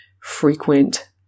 frequent